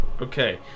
okay